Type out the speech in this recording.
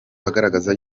agaragaza